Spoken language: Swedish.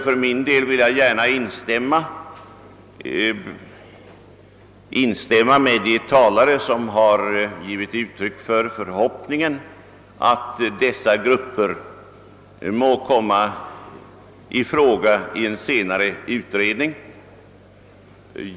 För min del vill jag gärna instämma med de ta lare som har givit uttryck för förhoppningen att dessa grupper må komma i fråga i en senare utredning.